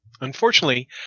unfortunately